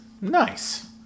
Nice